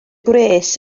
gwres